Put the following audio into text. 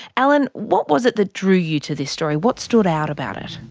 allan, what was it that drew you to this story? what stood out about it?